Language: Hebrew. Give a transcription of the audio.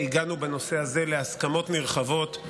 הגענו בנושא הזה להסכמות נרחבות,